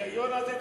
בהיגיון הזה צריך,